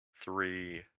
three